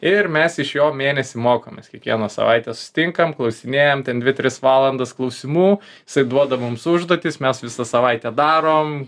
ir mes iš jo mėnesį mokomės kiekvieną savaitę susitinkam klausinėjam ten dvi tris valandas klausimų jisai duoda mums užduotis mes visą savaitę darom